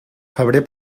febrer